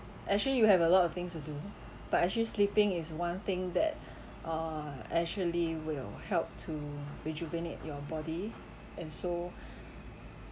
actually you have a lot of things to do but actually sleeping is one thing that uh actually will help to rejuvenate your body and so